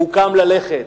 והוא קם ללכת.